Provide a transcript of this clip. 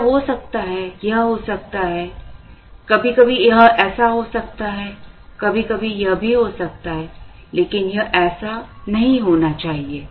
यह हो सकता है यह हो सकता है कभी कभी यह ऐसा हो सकता है कभी कभी यह भी हो सकता है लेकिन यह ऐसा नहीं होना चाहिए